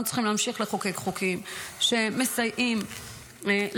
אנחנו צריכים להמשיך לחוקק חוקים שמסייעים לנשים.